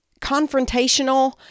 confrontational